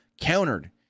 countered